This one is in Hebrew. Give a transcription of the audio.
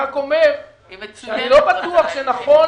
בטוח שנכון